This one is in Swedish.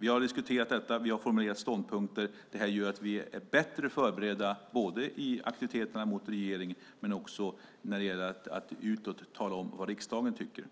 Vi har diskuterat detta, och vi har formulerat ståndpunkter. Det gör att vi är bättre förberedda både i aktiviteterna mot regeringen och när det gäller att utåt tala om vad riksdagen tycker.